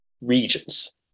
regions